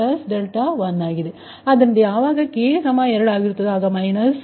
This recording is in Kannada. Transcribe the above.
ಆದ್ದರಿಂದ ಯಾವಾಗ k 2 ಆಗಿರುತ್ತದೆಯೋ ಆಗ ಮೈನಸ್